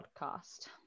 podcast